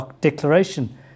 Declaration